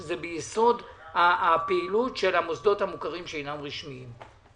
שהם ביסוד הפעילות של המוסדות המוכרים שאינם רשמיים.